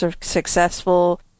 successful